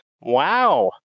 wow